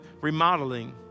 remodeling